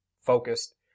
focused